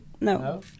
No